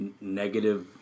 negative